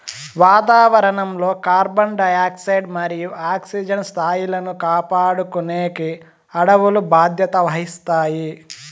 వాతావరణం లో carbon dioxide మరియు ఆక్సిజన్ స్థాయిలను కాపాడుకునేకి అడవులు బాధ్యత వహిస్తాయి